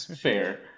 fair